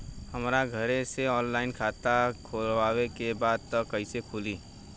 हमरा घरे से ऑनलाइन खाता खोलवावे के बा त कइसे खुली?